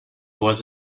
was